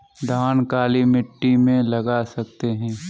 धान काली मिट्टी में लगा सकते हैं?